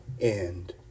end